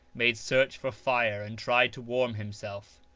made search for fire and tried to warm himself.